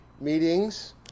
meetings